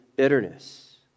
Bitterness